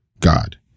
God